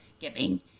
giving